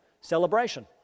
celebration